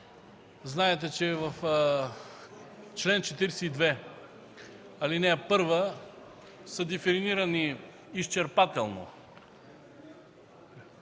Знаете, че в чл. 42, ал. 1 са дефинирани изчерпателно